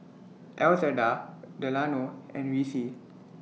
Elzada Delano and Vicie